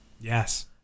Yes